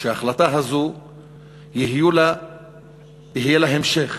שלהחלטה הזו יהיה המשך,